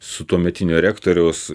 su tuometinio rektoriaus